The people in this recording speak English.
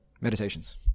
meditations